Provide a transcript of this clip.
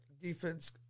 Defense